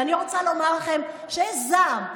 אני רוצה לומר לכם שיש זעם,